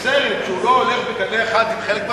לסרט שלא עולה בקנה אחד עם חלק,